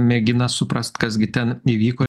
mėgina suprast kas gi ten įvyko